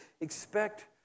Expect